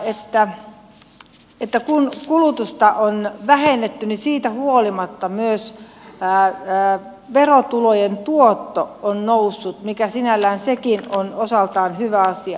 voisiko sanoa että kun kulutusta on vähennetty niin siitä huolimatta myös verotulojen tuotto on noussut mikä sinällään sekin on osaltaan hyvä asia